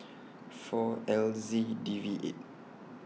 four L Z D V eight